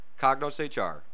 CognosHR